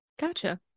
Gotcha